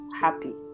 happy